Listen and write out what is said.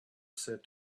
said